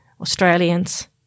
Australians